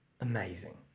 amazing